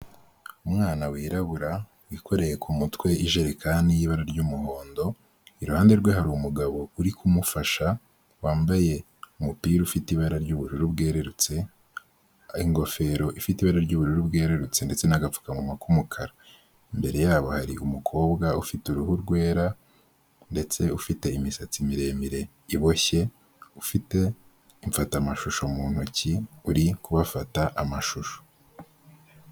Umwana wirabura wikoreye ku mutwe ijerekani y'ibara ry'umuhondo, iruhande rwe hari umugabo uri kumufasha wambaye umupira ufite ibara ry'ubururu bwerurutse, ingofero ifite ibara ry'ubururu bwerurutse ndetse n'agapfukamunwa k'umukara. Imbere yabo hari umukobwa ufite uruhu rwera ndetse ufite imisatsi miremire iboshye, ufite imfatamashusho mu ntoki, uri kubafata amashusho.